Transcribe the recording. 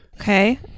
Okay